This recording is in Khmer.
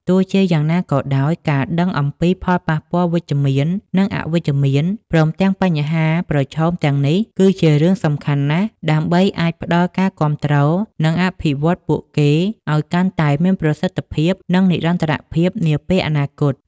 ទោះជាយ៉ាងណាក៏ដោយ ការដឹងអំពីផលប៉ះពាល់វិជ្ជមាន និងអវិជ្ជមាន ព្រមទាំងបញ្ហាប្រឈមទាំងនេះ គឺជារឿងសំខាន់ណាស់ ដើម្បីអាចផ្តល់ការគាំទ្រ និងអភិវឌ្ឍន៍ពួកគេឲ្យកាន់តែមានប្រសិទ្ធភាព និងនិរន្តរភាពនាពេលអនាគត។